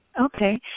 Okay